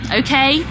okay